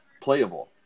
playable